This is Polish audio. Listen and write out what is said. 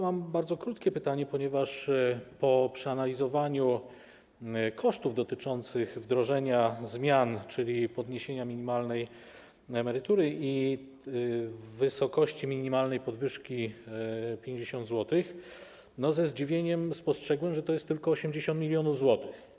Mam bardzo krótkie pytanie, ponieważ po przeanalizowaniu kosztów dotyczących wdrożenia zmian, czyli podniesienia minimalnej emerytury i wysokości minimalnej podwyżki - 50 zł, ze zdziwieniem spostrzegłem, że to jest tylko 80 mln zł.